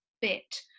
bit